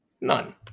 None